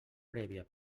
prèvia